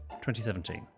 2017